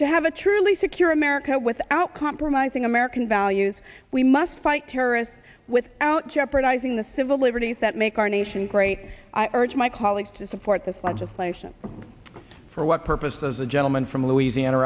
to have a truly secure america without compromising american values we must fight terrorists without jeopardizing the civil liberties that make our nation great i urge my colleagues to support this legislation for what purpose does the gentleman from louisiana